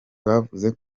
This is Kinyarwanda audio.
bavuze